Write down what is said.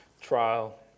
trial